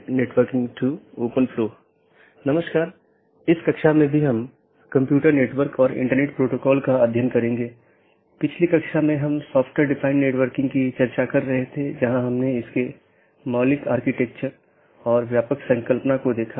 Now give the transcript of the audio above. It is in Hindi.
यदि आप पिछले लेक्चरों को याद करें तो हमने दो चीजों पर चर्चा की थी एक इंटीरियर राउटिंग प्रोटोकॉल जो ऑटॉनमस सिस्टमों के भीतर हैं और दूसरा बाहरी राउटिंग प्रोटोकॉल जो दो या उससे अधिक ऑटॉनमस सिस्टमो के बीच है